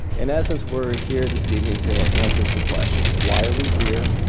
in essence, we're here this evening to answer some questions. why are we here?